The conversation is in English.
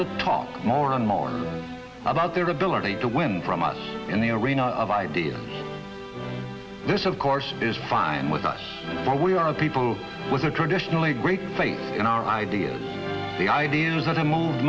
to talk more and more about their ability to win from us in the arena of ideas this of course is fine with us but we are a people with a traditionally great faith in our ideas the ideas that have move